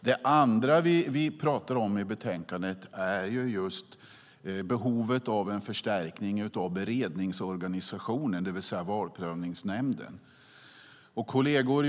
Det andra vi talar om i betänkandet är just behovet av en förstärkning av beredningsorganisationen, det vill säga Valprövningsnämnden. Kolleger!